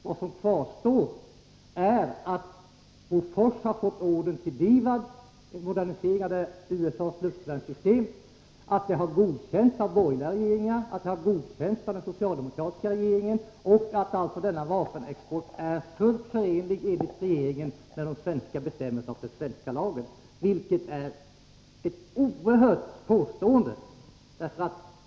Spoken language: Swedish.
Vad som kvarstår är att Bofors har fått order på DIVAD, en modernisering av USA:s luftvärnssystem, och att exporten har godkänts av borgerliga regeringar samt av den socialdemokratiska regeringen. Denna vapenexport är alltså enligt regeringen fullt förenlig med bestämmelserna i den svenska lagen, vilket är ett oerhört påstående.